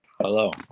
Hello